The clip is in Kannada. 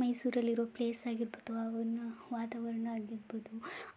ಮೈಸೂರಲ್ಲಿರೋ ಪ್ಲೇಸ್ ಆಗಿರ್ಬೋದು ಆ ಒಂದು ವಾತಾವರಣ ಆಗಿರ್ಬೋದು